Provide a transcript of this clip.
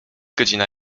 godzina